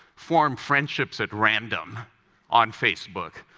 form friendships at random on facebook.